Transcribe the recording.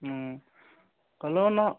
কলেও ন